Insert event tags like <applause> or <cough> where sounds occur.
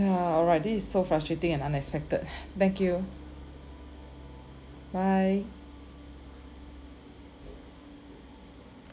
ya alright this is so frustrating and unexpected <breath> thank you bye